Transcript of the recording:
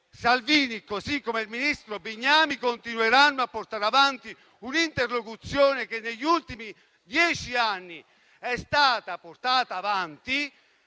Salvini, così come il vice ministro Bignami, continueranno a portare avanti un'interlocuzione che negli ultimi dieci anni è stata portata avanti